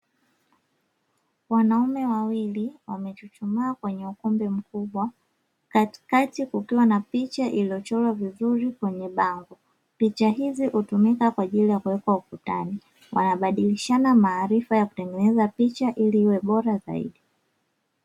Wanaume wawili wamechuchumaa kwenye ukumbi mkubwa katikati kukiwa na picha iliyochorwa vizuri kwenye bango, picha hizi hutumika kwaajili ya kuwekwa ukutani wanabadilishana maarifa ya kutengeneza picha ili iwe bora zaidi.